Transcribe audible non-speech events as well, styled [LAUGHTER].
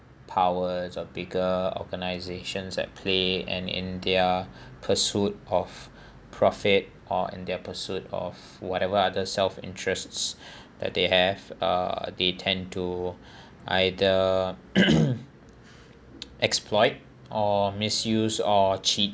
powers or bigger organisations at play and in their pursuit of profit or in their pursuit of whatever other self interests that they have uh they tend to either [COUGHS] exploit or misuse or cheat